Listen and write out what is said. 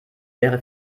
wäre